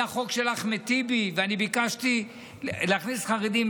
היה חוק של אחמד טיבי, ואני ביקשתי להכניס חרדים.